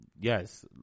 yes